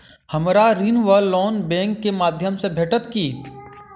हमरा ऋण वा लोन बैंक केँ माध्यम सँ भेटत की?